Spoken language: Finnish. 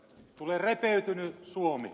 tulee repeytynyt suomi